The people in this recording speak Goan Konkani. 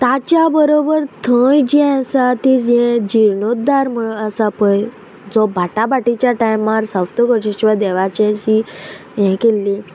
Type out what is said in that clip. ताच्या बरोबर थंय जे आसा ती जे जिर्णोदार म्हण आसा पय जो बाटा बाटीच्या टायमार सावत करचे देवाचें हें केल्ली